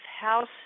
house